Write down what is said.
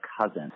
cousin